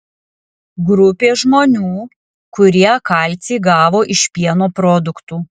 grupė žmonių kurie kalcį gavo iš pieno produktų